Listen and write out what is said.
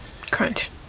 Crunch